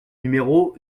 numéro